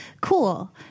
cool